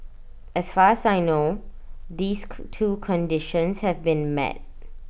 as far as I know these two conditions have been met